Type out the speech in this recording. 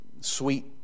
sweet